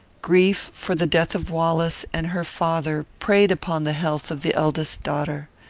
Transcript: grief for the death of wallace and her father preyed upon the health of the eldest daughter.